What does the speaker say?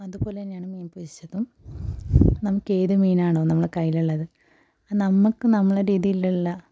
അതുപോലെ തന്നെയാണ് ഞാൻ പൊരിച്ചതും നമുക്ക് ഏത് മീനാണോ കൈയിലുള്ളത് നമുക്ക് നമ്മളുടെ രീതിയിലുള്ള